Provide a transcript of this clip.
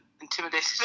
intimidated